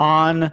on